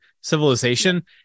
civilization